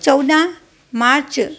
चोॾहां मार्च